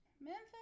Memphis